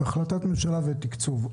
החלטת ממשלה ותקצוב.